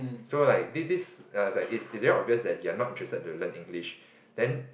so like this this I was like it's it's very obvious that you are not interested to learn English then